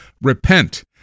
Repent